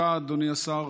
תודה, אדוני השר.